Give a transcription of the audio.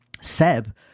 Seb